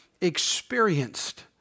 experienced